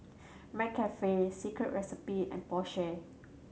McCafe Secret Recipe and Porsche